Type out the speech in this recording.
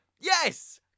Yes